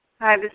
Hi